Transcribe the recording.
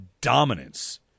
dominance